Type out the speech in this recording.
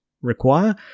require